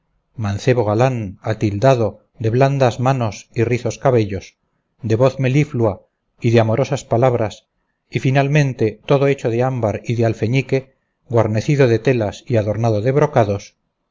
mancebo galán atildado de blandas manos y rizos cabellos de voz meliflua y de amorosas palabras y finalmente todo hecho de ámbar y de alfeñique guarnecido de telas y adornado de brocados